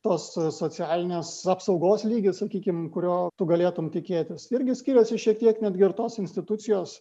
tos socialinės apsaugos lygis sakykim kurio tu galėtumei tikėtis irgi skiriasi šiek tiek netgi ir tos institucijos